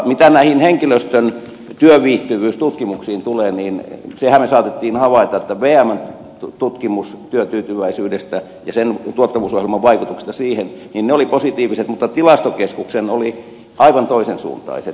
mitä näihin henkilöstön työviihtyvyystutkimuksiin tulee niin senhän me saatoimme havaita että vmn tutkimuksen tulokset työtyytyväisyydestä ja tuottavuusohjelman vaikutuksista siihen olivat positiiviset mutta tilastokeskuksen tulokset olivat aivan toisen suuntaiset